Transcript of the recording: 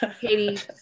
Katie